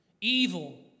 evil